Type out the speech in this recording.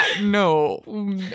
no